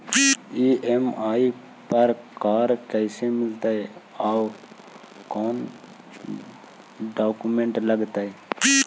EMI पर car कैसे मिलतै औ कोन डाउकमेंट लगतै?